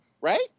Right